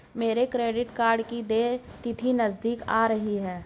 मेरे credit card की देय तिथि नज़दीक आ रही है